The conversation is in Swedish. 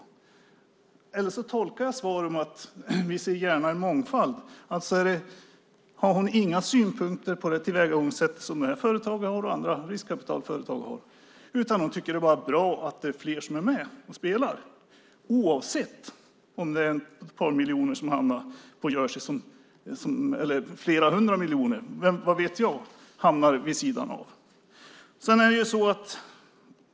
Jag tolkar svaret som att Maria Larsson gärna ser en mångfald. Men har hon inga synpunkter på det tillvägagångssätt som de här företagen och andra riskkapitalföretag har? Hon tycker att det bara är bra att det är fler som är med och spelar, oavsett om det är flera hundra miljoner som hamnar på Jersey, vad vet jag, vid sidan av.